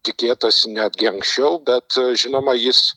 tikėtasi netgi anksčiau bet žinoma jis